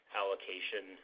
allocation